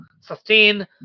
sustain